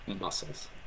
muscles